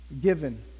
given